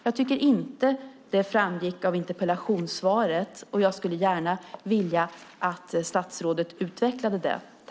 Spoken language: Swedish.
Jag tycker inte att det framgick av interpellationssvaret, och jag skulle gärna vilja att statsrådet utvecklar det.